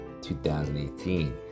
2018